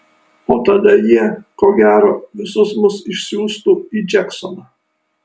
o tada jie ko gero visus mus išsiųstų į džeksoną